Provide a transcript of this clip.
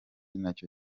nacyo